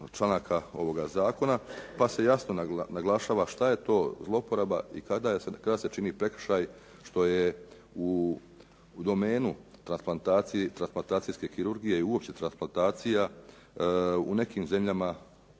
članaka ovoga zakona, pa se jasno naglašava šta je to zlouporaba i kada se čini prekršaj što je u domenu transplantacijske kirurgije i uopće transplantacija u nekim zemljama